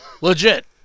Legit